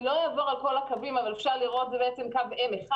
אני לא אעבור על כל הקווים אבל אפשר לראות את קו M1,